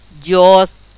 jaws